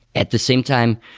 at the same time,